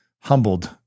humbled